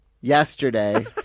yesterday